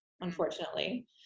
unfortunately